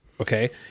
okay